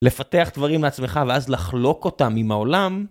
לפתח דברים לעצמך, ואז לחלוק אותם עם העולם?